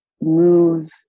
move